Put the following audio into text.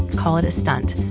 call it a stunt,